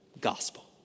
gospel